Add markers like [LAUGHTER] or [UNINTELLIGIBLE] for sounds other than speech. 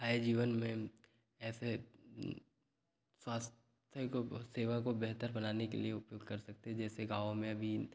आए जीवन में ऐसे फास्ट सही को [UNINTELLIGIBLE] सेवा को बेहतर बनाने के लिए उपयोग कर सकते हैं जैसे गाँव में अभी